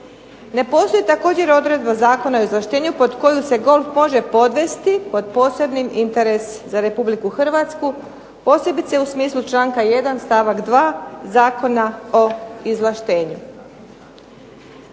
Ne postoji također odredba Zakona o izvlaštenju pod koju se golf može podvesti pod posebni interes za Republike Hrvatsku posebice u smislu članka 1. stavak 2. Zakona o izvlaštenju.